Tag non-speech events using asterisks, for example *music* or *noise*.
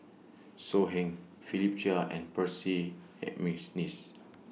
So Heng Philip Chia and Percy *unintelligible* Mcneice